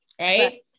right